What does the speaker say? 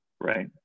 right